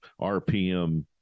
RPM